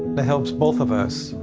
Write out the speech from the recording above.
it helps both of us,